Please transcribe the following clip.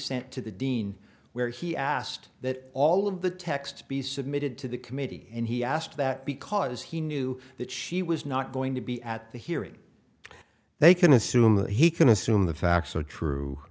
sent to the dean where he asked that all of the text be submitted to the committee and he asked that because he knew that she was not going to be at the hearing they can assume he can assume the facts are true